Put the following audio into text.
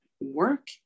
work